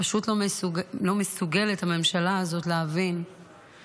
פשוט הממשלה הזאת לא מסוגלת להבין שקודם